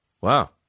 wow